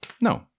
No